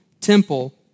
temple